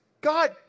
God